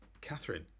Catherine